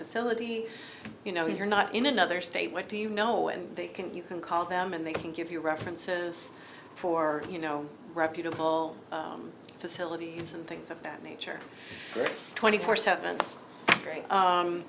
facility you know you're not in another state what do you know and they can you can call them and they can give you references for you know reputable facilities and things of that nature twenty four seven